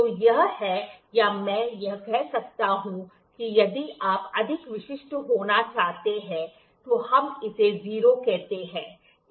तो यह है या मैं कह सकता हूं कि यदि आप अधिक विशिष्ट होना चाहते हैं तो हम इसे 0 कहते हैं